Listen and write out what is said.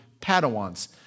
Padawans